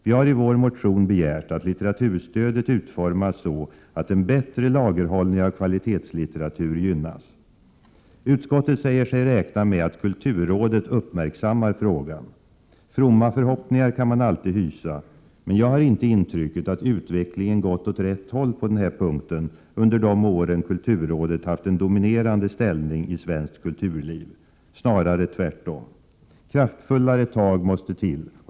Vi har i vår motion begärt att litteraturstödet utformas så att en bättre lagerhållning av kvalitetslitteratur gynnas. Utskottet säger sig räkna med att kulturrådet uppmärksammar frågan. Fromma förhoppningar kan man alltid hysa, men jag har inte intrycket att utvecklingen gått åt rätt håll på den här punkten under de år kulturrådet haft en dominerande ställning i svenskt kulturliv — snarare tvärtom. Kraftfullare tag måste till.